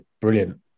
brilliant